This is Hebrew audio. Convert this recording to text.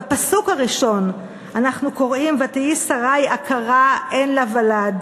בפסוק הראשון אנחנו קוראים: "ותהי שרי עקרה אין לה ולד",